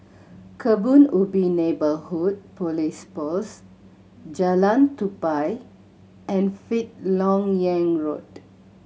Kebun Ubi Neighbourhood Police Post Jalan Tupai and Fifth Lok Yang Road